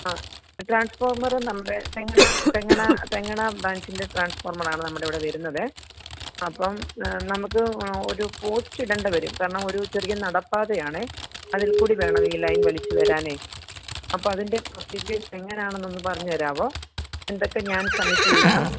അ transformer നമ്മുടെ തെങ്ങണ തെങ്ങണ തെങ്ങണ ബ്രാഞ്ചിൻ്റെ ട്രാൻസ്ഫോർമറാണ് നമ്മുടെ ഇവിടെ വരുന്നത് അപ്പം നമുക്ക് ആ ഒരു പോസ്റ്റ് ഇടേണ്ടി വരും കാരണം ഒരു ചെറിയ നടപ്പാതയാണ് അതിൽ കൂടി വേണം ഈ ലൈൻ വലിച്ചു വരാൻ അപ്പം അതിൻ്റെ പ്രോസിജേഴ്സ് എങ്ങനാണെന്നൊന്ന് പറഞ്ഞ് തരാവോ എന്തൊക്കെ ഞാൻ സബ്മിറ്റ് ചെയ്യണം